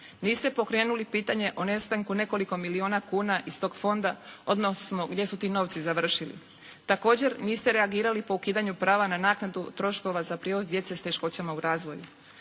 Niste pokrenuli pitanje o nestanku nekoliko milijuna kuna iz tog fonda odnosno gdje su ti novci završili. Također niste reagirali po ukidanju prava na naknadu troškova za prijevoz djece s teškoćama u razvoju.